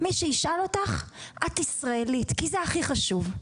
מי שישאל אותך, את ישראלית, כי זה הכי חשוב.